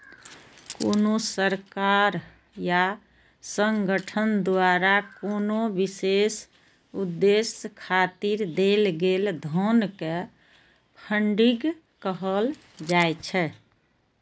कोनो सरकार या संगठन द्वारा कोनो विशेष उद्देश्य खातिर देल गेल धन कें फंडिंग कहल जाइ छै